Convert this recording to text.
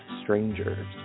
Strangers